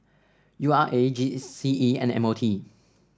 U R A G C E and M O T